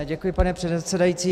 Děkuji, pane předsedající.